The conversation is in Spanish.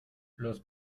los